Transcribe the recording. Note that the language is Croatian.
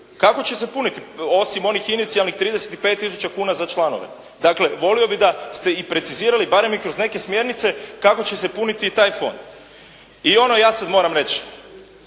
Kako će se puniti osim onih inicijalnih 35 tisuća kuna za članove? Dakle, volio bih da ste i precizirali barem i kroz neke smjernice kako će se puniti i taj fond. I ono ja sada moram reći,